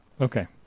Okay